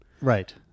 Right